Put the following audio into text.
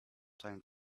time